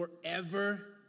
forever